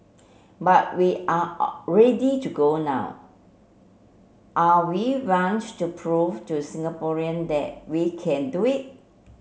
but we are ready to go now are we want to prove to Singaporean that we can do it